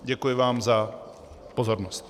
Děkuji vám za pozornost.